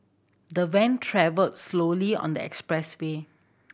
the van travelled slowly on the expressway